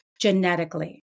genetically